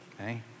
okay